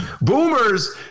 Boomers